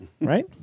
Right